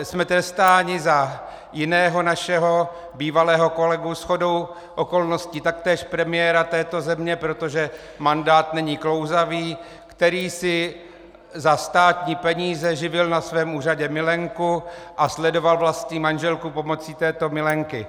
Jsme trestáni za jiného našeho bývalého kolegu, shodou okolností taktéž premiéra této země, protože mandát není klouzavý, který si za státní peníze živil na svém úřadě milenku a sledoval vlastní manželku pomocí této milenky.